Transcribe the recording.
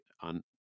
on